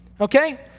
Okay